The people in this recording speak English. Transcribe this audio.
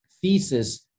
thesis